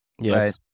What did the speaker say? Yes